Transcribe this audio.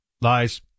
lies